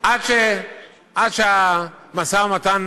עד שהמשא-ומתן